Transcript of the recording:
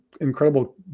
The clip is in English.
incredible